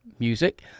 Music